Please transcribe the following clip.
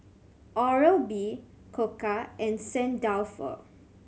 Oral B Koka and Saint Dalfour